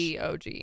OG